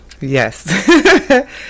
Yes